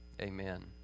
Amen